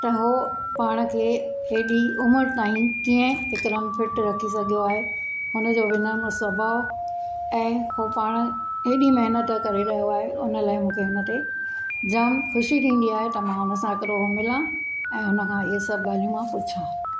त हू पाण खे हेॾी उमिरि ताईं कीअं हिकदमि फिट रखी सघियो आहे हुनजो विनम्र सुभाउ ऐं हू पाण हेॾी महिनत करे रहियो आहे हुन लाइ मूंखे हुन ते जाम ख़ुशी थींदी आहे त मां हुनसां हिकु दफ़ो मिलां ऐं हुनखां हीअ सभु ॻाल्हियूं मां पुछां